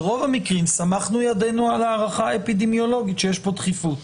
ברוב המקרים סמכנו ידינו על ההערכה האפידמיולוגית שיש פה דחיפות.